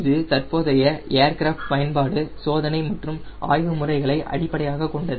இது தற்போதைய ஏர்கிராஃப்ட் பயன்பாடு சோதனை மற்றும் ஆய்வு முறைகளை அடிப்படையாகக் கொண்டது